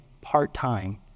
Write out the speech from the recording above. part-time